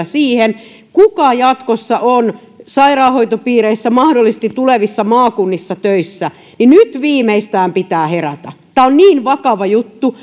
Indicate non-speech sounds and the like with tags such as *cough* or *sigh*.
*unintelligible* siihen kuka jatkossa on töissä sairaanhoitopiireissä mahdollisesti tulevissa maakunnissa niin nyt viimeistään pitää herätä on niin vakava juttu *unintelligible*